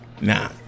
Nah